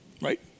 right